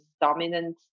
dominant